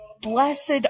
Blessed